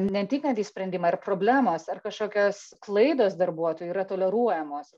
ne tik kad į sprendimą ir problemos ar kažkokios klaidos darbuotojų yra toleruojamos